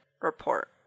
report